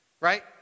right